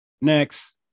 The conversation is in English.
Next